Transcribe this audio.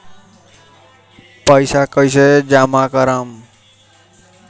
पैसा कईसे जामा करम?